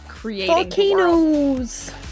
Volcanoes